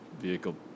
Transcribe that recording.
vehicle